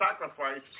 sacrifice